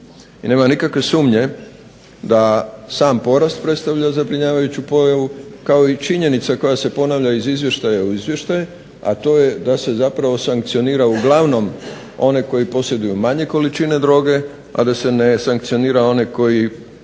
I nema nikakve sumnje da sam porast predstavlja zabrinjavajuću pojavu kao i činjenica koja se ponavlja iz izvještaja u izvještaj, a to je da se zapravo sankcionira uglavnom one koji posjeduju manje količine droge, a da se ne sankcionira one koji